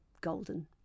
golden